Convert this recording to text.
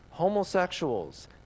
homosexuals